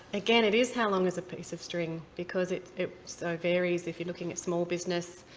again, it is how long is a piece of string! because it it so varies. if you're looking at small business,